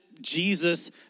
Jesus